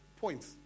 points